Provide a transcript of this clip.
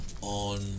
on